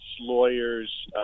lawyers